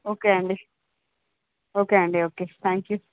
okay అండి okay అండి okay thank you